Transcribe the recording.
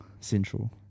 Central